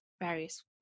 various